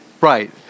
Right